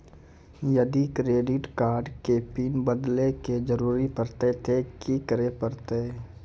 यदि credit card के PIN बदले के जरूरी परतै ते की करे परतै?